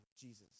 Jesus